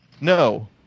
No